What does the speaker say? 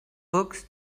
books